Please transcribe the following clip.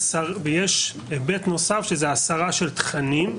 ויש היבט נוסף שזה הסרה של תכנים.